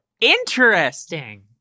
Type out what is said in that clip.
Interesting